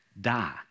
die